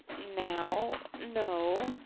now, no,